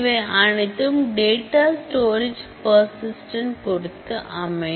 இவை அனைத்தும் data storage persistent பொறுத்து அமையும்